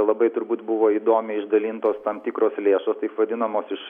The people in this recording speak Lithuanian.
labai turbūt buvo įdomiai išdalintos tam tikros lėšos taip vadinamos iš